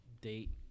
date